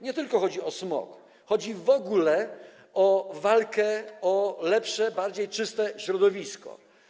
Nie tylko chodzi o smog, chodzi w ogóle o walkę o lepsze i czystsze środowisko.